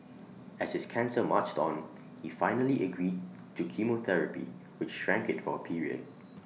as his cancer marched on he finally agreed to chemotherapy which shrank IT for A period